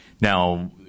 Now